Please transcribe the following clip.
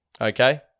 Okay